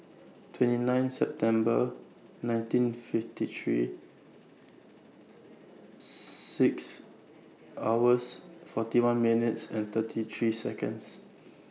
twenty nine September nineteen fifty three six hours forty one minutes and thirty three Seconds